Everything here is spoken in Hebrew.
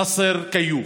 נסר כיוף.